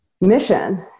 mission